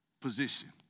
position